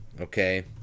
Okay